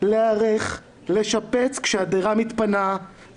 להיערך לשפץ כשהדירה מתפנה,